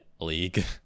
league